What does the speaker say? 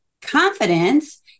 confidence